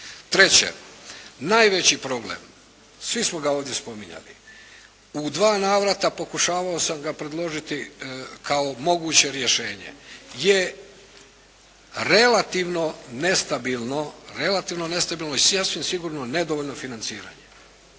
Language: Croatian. Treće, najveći problem, svi smo ga ovdje spominjali. U dva navrata pokušavao sam ga predložiti kao moguće rješenje, je relativno nestabilno i sasvim sigurno nedovoljno financiranje.